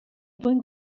mwyn